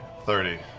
thirty.